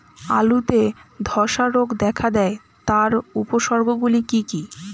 আলুতে ধ্বসা রোগ দেখা দেয় তার উপসর্গগুলি কি কি?